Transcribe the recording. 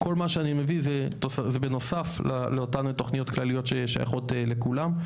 כל מה שאני מביא זה בנוסף לאותן תוכניות כלליות ששייכות לכולם.